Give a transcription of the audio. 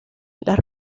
las